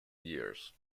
years